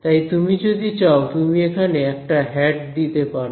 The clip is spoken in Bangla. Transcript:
তাই তুমি যদি চাও তুমি এখানে একটা হ্যাট দিতে পারো